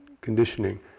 Conditioning